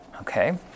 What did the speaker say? Okay